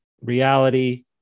reality